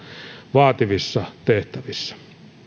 vaativissa tehtävissä